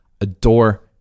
adore